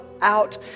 out